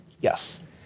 Yes